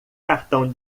cartão